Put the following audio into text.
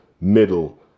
Middle